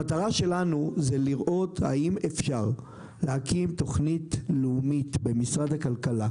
המטרה שלנו היא לראות האם אפשר להקים תוכנית לאומית במשרד הכלכלה,